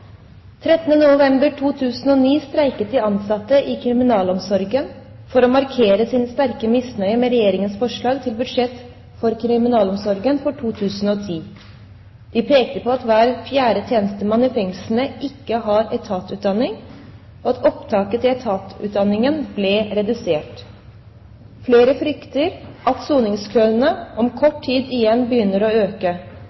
13. november 2009 streiket de ansatte i kriminalomsorgen for å markere sin misnøye. De pekte på at hver fjerde tjenestemann i fengslene ikke har etatsutdanning, og at opptaket til etatsutdanningen i realiteten er redusert i forhold til behovet. Høyre frykter, i likhet med dem, at soningskøene om